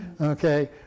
Okay